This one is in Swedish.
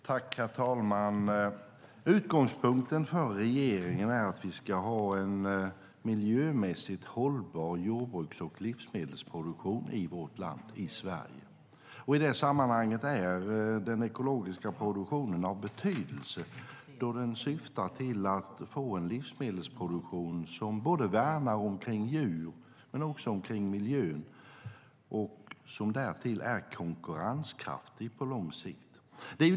Herr talman! Utgångspunkten för regeringen är att vi ska ha en miljömässigt hållbar jordbruks och livsmedelsproduktion i vårt land. I det sammanhanget är den ekologiska produktionen av betydelse då den syftar till att vi får en livsmedelsproduktion som värnar om både djur och miljö och som därtill är konkurrenskraftig på lång sikt.